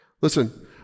Listen